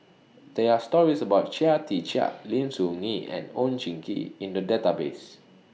There Are stories about Chia Tee Chiak Lim Soo Ngee and Oon Jin Gee in The Database